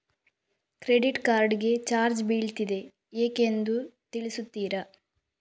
Credit card ಗೆ charge ಬೀಳ್ತಿದೆ ಯಾಕೆಂದು ತಿಳಿಸುತ್ತೀರಾ?